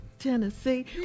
Tennessee